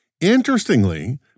Interestingly